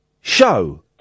show